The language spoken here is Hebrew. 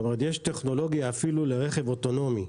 יש טכנולוגיה אפילו לרכב אוטונומי.